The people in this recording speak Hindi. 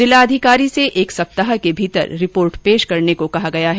जिलाधिकारी से एक सप्ताह के भीतर रिपोर्ट देने को कहा गया है